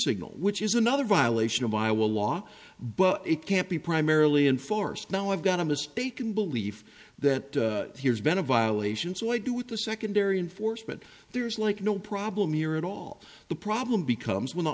signal which is another violation of iowa law but it can't be primarily enforced now i've got a mistaken belief that has been a violation so i do with the secondary enforcement there's like no problem you're at all the problem becomes when the